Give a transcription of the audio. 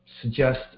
suggest